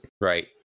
right